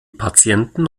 patienten